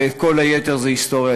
וכל היתר זה היסטוריה.